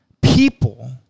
People